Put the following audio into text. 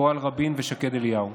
קורל רבין ושקד אליהו.